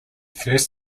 first